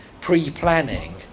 pre-planning